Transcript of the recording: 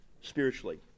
spiritually